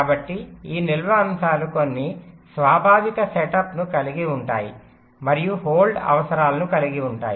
కాబట్టి ఈ నిల్వ అంశాలు కొన్ని స్వాభావిక సెటప్ను కలిగి ఉంటాయి మరియు హోల్డ్ అవసరాలను కలిగి ఉంటాయి